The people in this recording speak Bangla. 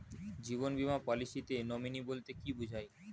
জীবন বীমা পলিসিতে নমিনি বলতে কি বুঝায়?